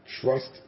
trust